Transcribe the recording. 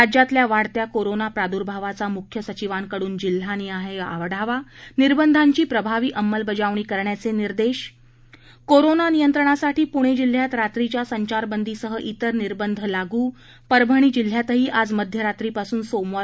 राज्यातल्या वाढत्या कोरोना प्राद्भावाचा मुख्य सचिवांकडून जिल्हानिहाय आढावा निर्बधांची प्रभावी अंमलबजावणी करण्याचे निर्देश कोरोना नियंत्रणासाठी पूणे जिल्ह्यात रात्रीच्या संचारबंदीसह विर निर्बंध लागू परभणी जिल्ह्यातही आज मध्यरात्रीपासून सोमवार